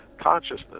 consciousness